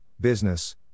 business